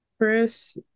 Chris